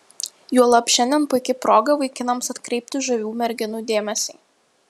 juolab šiandien puiki proga vaikinams atkreipti žavių merginų dėmesį